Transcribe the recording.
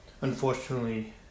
Unfortunately